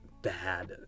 bad